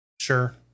sure